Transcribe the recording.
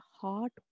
heart